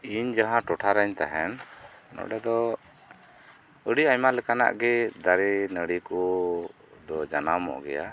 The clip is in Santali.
ᱤᱧ ᱡᱟᱦᱟᱸ ᱴᱚᱴᱷᱟ ᱨᱮᱧ ᱛᱟᱦᱮᱱ ᱱᱚᱰᱮᱫᱚ ᱟᱹᱰᱤ ᱟᱭᱢᱟ ᱞᱮᱠᱟᱱᱟᱜ ᱜᱤ ᱫᱟᱨᱮ ᱱᱟᱹᱬᱤᱠᱩ ᱫᱚ ᱡᱟᱱᱟᱢᱚᱜ ᱜᱮᱭᱟ